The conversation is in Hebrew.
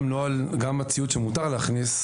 גם הציוד שמותר להכניס,